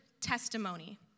testimony